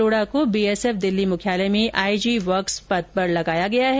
लोढ़ा को बीएसएफ दिल्ली मुख्यालय में आइजी वर्क्स पद पर लगाया गया है